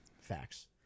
Facts